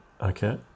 okay